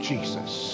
Jesus